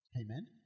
Amen